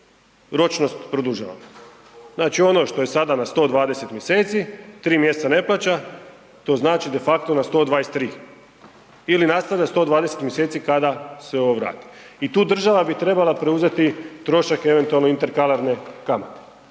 ročnost produžava. Znači ono što je sada na 120 mjeseci, tri mjeseca ne plaća, to znači de facto na 123 ili nastavlja 120 mjeseci kada se ovo vrati. I tu država bi trebala preuzeti trošak eventualno interkalarne kamate